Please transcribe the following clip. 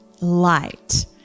light